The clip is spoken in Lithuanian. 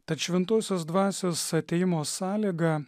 tad šventosios dvasios atėjimo sąlyga